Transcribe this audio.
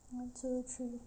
one two three